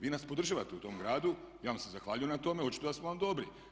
Vi nas podržavate u tom gradu, ja vam se zahvaljujem na tome, očito da smo vam dobri.